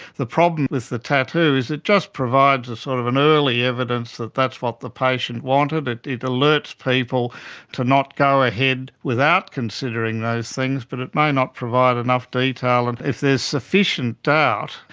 the problem with the tattoo is it just provides sort of an early evidence that that's what the patient wanted, it it alerts people to not go ahead without considering those things. but it may not provide enough detail. and if there's sufficient doubt,